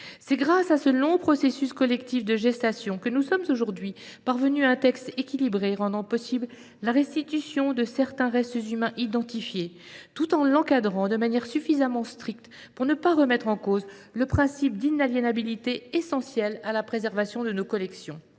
C’est grâce à ce long processus collectif de gestation que nous sommes aujourd’hui parvenus à un texte équilibré, rendant possible la restitution de certains restes humains identifiés, tout en l’encadrant de manière suffisamment stricte pour ne pas remettre en cause le principe d’inaliénabilité, essentiel à la préservation de nos collections.